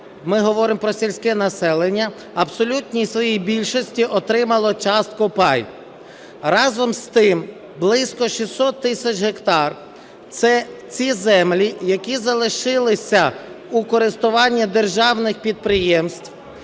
ми говоримо про сільське населення, в абсолютній своїй більшості отримало частку (пай). Разом з тим близько 600 тисяч гектар – це землі, які залишилися у користуванні державних підприємств,